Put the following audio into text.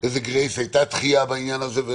איזה גרייס, הייתה דחייה בעניין הזה.